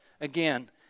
again